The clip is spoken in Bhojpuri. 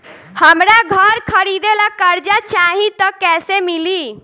हमरा घर खरीदे ला कर्जा चाही त कैसे मिली?